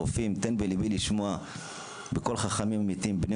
הרופאים: "תן בליבי לשמוע בקול חכמים אמיתיים בני